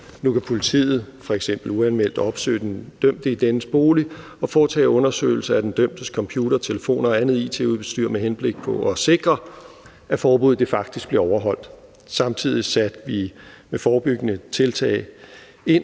Nu kan politiet f.eks. uanmeldt opsøge den dømte i dennes bolig og foretage undersøgelse af den dømtes computer, telefon og andet it-udstyr med henblik på at sikre, at forbuddet faktisk bliver overholdt. Samtidig satte vi forebyggende tiltag ind,